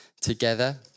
together